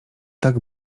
tak